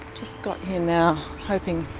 just got here now, hoping